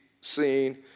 seen